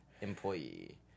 employee